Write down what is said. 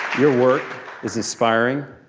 your work is inspiring,